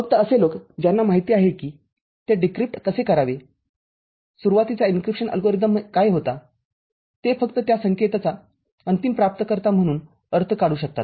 फक्त असे लोक ज्यांना माहीत आहे कि ते डिक्रिप्ट कसे करावे सुरुवातीचा एन्क्रिप्शन अल्गोरिदम काय होता ते फक्त त्या संकेताचा अंतिम प्राप्तकर्ता म्हणून अर्थ काढू शकतात